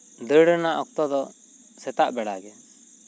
ᱫᱟᱹᱲ ᱨᱮᱭᱟᱜ ᱚᱠᱛᱚ ᱫᱚ ᱥᱮᱛᱟᱜ ᱵᱮᱲᱟ ᱜᱮ